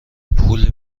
پول